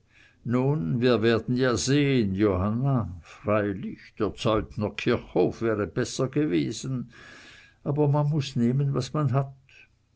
nun wir werden ja sehn johanna freilich der zeuthner kirchhof wäre besser gewesen aber man muß nehmen was man hat